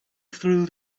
through